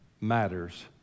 matters